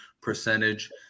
percentage